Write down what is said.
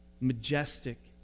majestic